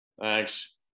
Thanks